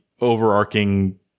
overarching